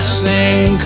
sing